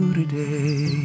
today